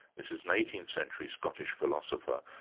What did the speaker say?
this is an eighteenth century scottish philosopher,